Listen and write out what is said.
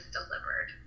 delivered